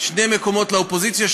שני מקומות לאופוזיציה,